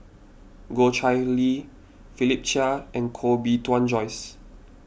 Goh Chiew Lye Philip Chia and Koh Bee Tuan Joyce